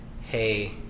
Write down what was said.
hey